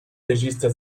regista